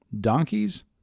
Donkeys